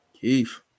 keith